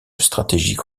stratégique